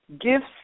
gifts